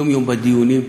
יום-יום בדיונים.